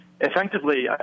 effectively